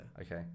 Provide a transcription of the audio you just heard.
Okay